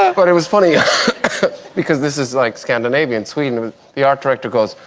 ah but it was funny because this is like scandinavian sweden the art director goes,